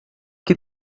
que